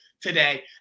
today